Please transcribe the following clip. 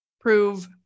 prove